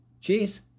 Cheers